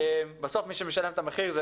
מי שמשלם בסוף את המחיר זה